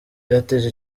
byateje